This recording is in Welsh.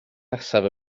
nesaf